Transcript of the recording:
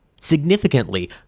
Significantly